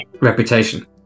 reputation